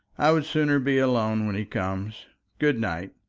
i would sooner be alone when he comes. good-night.